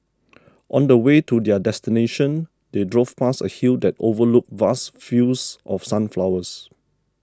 on the way to their destination they drove past a hill that overlooked vast fields of sunflowers